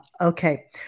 Okay